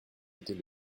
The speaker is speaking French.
était